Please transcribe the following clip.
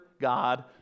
God